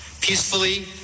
peacefully